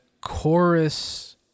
chorus